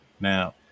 now